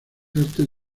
artes